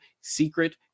secret